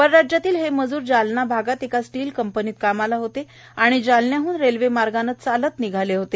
परराज्यातील हे मजूर जालना भागात एका स्टील कंपनीत कामाला होते आणि जालन्याहन रेल्वे मार्गाने चालत निघाले होते